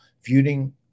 feuding